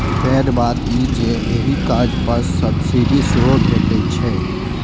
पैघ बात ई जे एहि कर्ज पर सब्सिडी सेहो भैटै छै